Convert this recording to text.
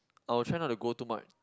I'll try not to go too much